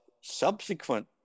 subsequent